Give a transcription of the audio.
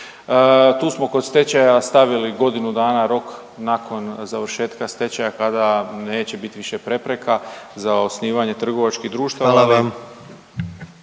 Tu smo kod stečaja stavili godinu dana rok nakon završetka stečaja kada neće biti više prepreka za osnivanje trgovačkih društava.